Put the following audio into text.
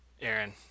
Aaron